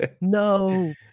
No